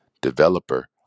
developer